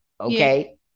Okay